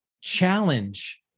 challenge